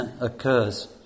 occurs